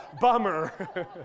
Bummer